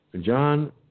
John